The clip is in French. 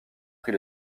prit